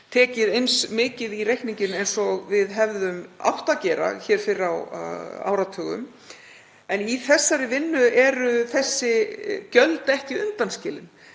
tekið eins mikið í reikninginn og við hefðum átt að gera hér fyrr á áratugum. En í þessari vinnu eru þessi gjöld ekki undanskilin.